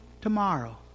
Tomorrow